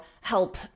help